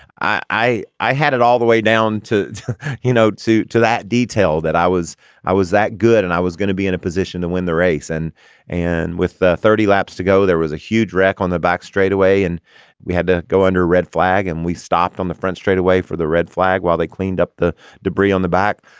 i. i had it all the way down to you know to to that detail that i was i was that good and i was gonna be in a position to win the race and and with thirty laps to go there was a huge rack on the back straightaway and we had to go under red flag and we stopped on the front straightaway for the red flag while they cleaned up the debris on the back.